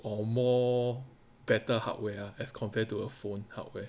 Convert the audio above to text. or more better hardware ah as compared to a phone hardware